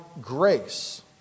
grace